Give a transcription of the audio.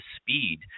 speed